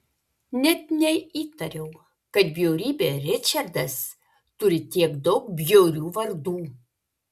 net neįtariau kad bjaurybė ričardas turi tiek daug bjaurių vardų